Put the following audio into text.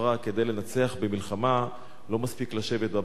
כדי לנצח במלחמה לא מספיק לשבת בבית,